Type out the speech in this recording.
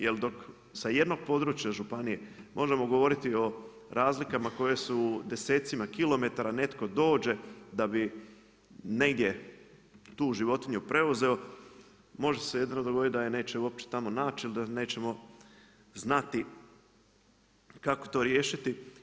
Jel dok sa jednog područja županije možemo govoriti o razlikama koje su u desecima kilometara, netko dođe negdje da bi tu životinju preuzeo, može se jedino dogoditi da je neće uopće tamo naći ili da nećemo znati kako to riješiti.